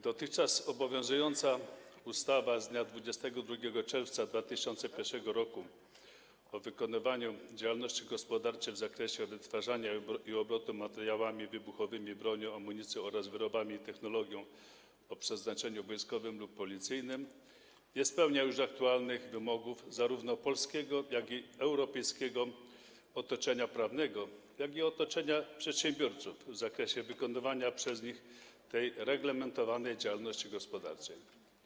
Dotychczas obowiązująca ustawa z dnia 22 czerwca 2001 r. o wykonywaniu działalności gospodarczej w zakresie wytwarzania i obrotu materiałami wybuchowymi, bronią, amunicją oraz wyrobami i technologią o przeznaczeniu wojskowym lub policyjnym nie spełnia już aktualnych wymogów zarówno polskiego, jak i europejskiego otoczenia prawnego, a także otoczenia przedsiębiorców w zakresie wykonywania przez nich tej reglamentowanej działalności gospodarczej.